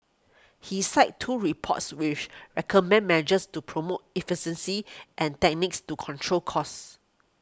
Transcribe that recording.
he cited two reports which recommended measures to promote efficiency and techniques to control costs